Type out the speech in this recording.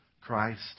Christ